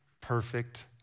perfect